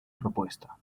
propuesta